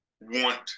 want